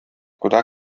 куда